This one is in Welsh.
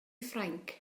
ffrainc